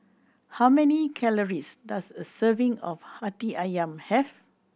how many calories does a serving of Hati Ayam have